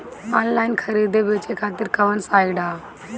Online खरीदे बेचे खातिर कवन साइड ह?